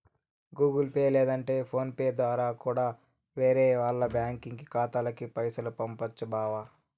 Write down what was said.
Google pay లేదంటే phone pay దోరా కూడా వేరే వాల్ల బ్యాంకి ఖాతాలకి పైసలు పంపొచ్చు బావా